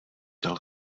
dal